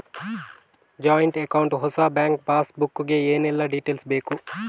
Joint account ಹೊಸ bank passbook ಗೆ ಏನೆಲ್ಲ ಡೀಟೇಲ್ಸ್ ಬೇಕು?